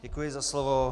Děkuji za slovo.